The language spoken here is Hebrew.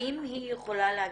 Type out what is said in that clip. האם היא יכולה להגיד,